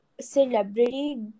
celebrity